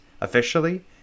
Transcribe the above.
officially